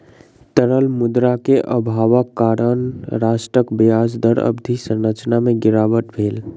तरल मुद्रा के अभावक कारण राष्ट्रक ब्याज दर अवधि संरचना में गिरावट भेल